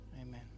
Amen